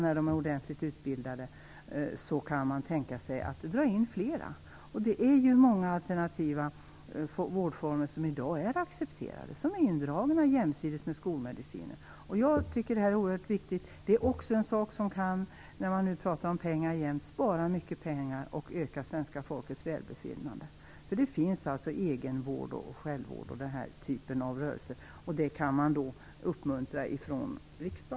När de är ordentligt utbildade kan man tänka sig att dra in flera. Det är många alternativa vårdformer som i dag är accepterade, som arbetar jämsides med skolmedicinen. Jag tycker att det här är oerhört viktigt. Det är också en sak - man pratar ju jämt om pengar - som man kan spara mycket pengar med samtidigt som man kan öka svenska folkets välbefinnande. Det finns egenvård, självvård och liknande typer av rörelser, och dem kan även riksdagen uppmuntra.